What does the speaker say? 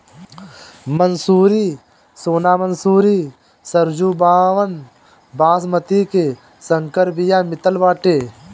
मंसूरी, सोना मंसूरी, सरजूबावन, बॉसमति के संकर बिया मितल बाटे